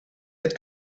had